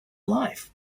life